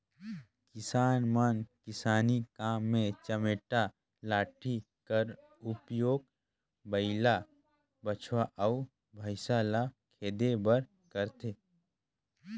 किसान मन किसानी काम मे चमेटा लाठी कर उपियोग बइला, बछवा अउ भइसा ल खेदे बर करथे